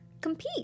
compete